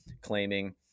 claiming